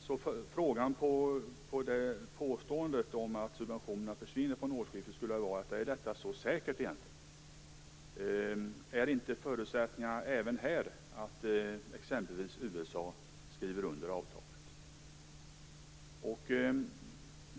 Min fråga angående påståendet att subventionerna skall försvinna från årsskiftet är: Är detta egentligen så säkert? Är inte förutsättningen även här att exempelvis USA skriver under avtalet?